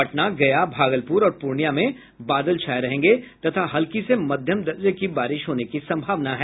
पटना गया भागलपुर और पूर्णियां में बादल छाये रहेंगे तथा हल्की से मध्यम दर्जे की बारिश होने की संभावना है